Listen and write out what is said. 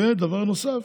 ודבר נוסף,